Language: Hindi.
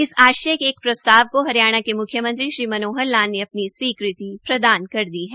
इस आश्य के प्रस्ताव को हरियाणा के म्ख्यमंत्री श्री मनोहर लाल ने अपनी स्वीकृति प्रदान कर दी है